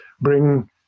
bring